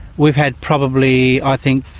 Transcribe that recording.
we've had probably, i think,